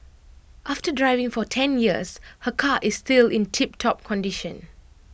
after driving for ten years her car is still in tiptop condition